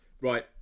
right